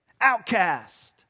outcast